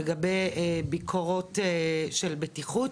לגבי ביקורות של בטיחות,